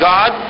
God